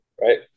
right